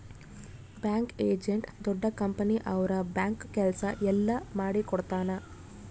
bank agent ದೊಡ್ಡ company ಅವ್ರ bank ಕೆಲ್ಸ ಎಲ್ಲ ಮಾಡಿಕೊಡ್ತನ